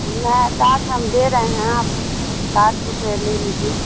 نہیں ساٹھ ہم دے رہے ہیں آپ ساٹھ روپے لے لیجیے